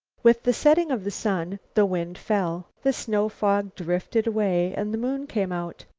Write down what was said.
with the setting of the sun, the wind fell. the snow-fog drifted away and the moon came out.